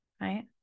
right